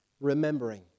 remembering